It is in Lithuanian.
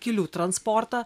kelių transportą